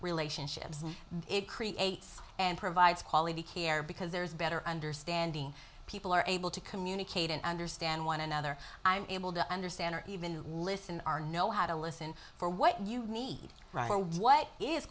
relationships and it creates and provides quality care because there's better understanding people are able to communicate and understand one another i'm able to understand or even listen our know how to listen for what you need rather what is